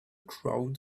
crowd